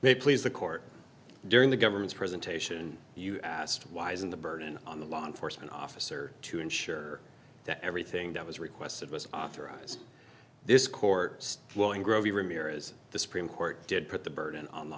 they please the court during the government's presentation you asked why isn't the burden on the law enforcement officer to ensure that everything that was requested was authorized this court room here is the supreme court did put the burden on the